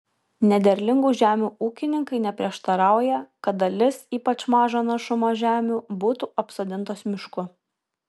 nederlingų žemių ūkininkai neprieštarauja kad dalis ypač mažo našumo žemių būtų apsodintos mišku